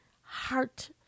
heart